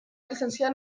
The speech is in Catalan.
llicenciar